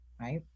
right